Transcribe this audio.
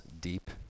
deep